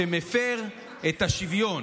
מפר את השוויון.